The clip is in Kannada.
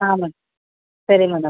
ಹಾಂ ಮ್ಯಾಮ್ ಸರಿ ಮೇಡಮ್